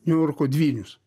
niujorko dvynius